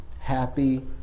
happy